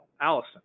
Allison